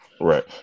Right